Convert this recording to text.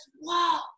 wow